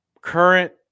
current